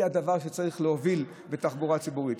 היא הדבר שצריך להוביל בתחבורה ציבורית.